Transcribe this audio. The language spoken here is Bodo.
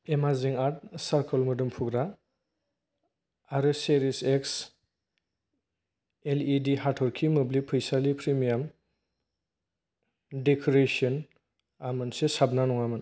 एमेजिं आर्थ चारक'ल मोदोम फुग्रा आरो cherish X L E D हाथरखि मोब्लिब फैसालि प्रिमियाम डेक'रेसन आ साबना नङामोन